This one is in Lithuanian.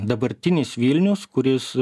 dabartinis vilnius kuris